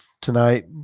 tonight